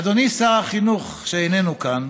אדוני שר החינוך, שאיננו כאן,